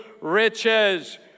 riches